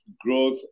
growth